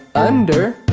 under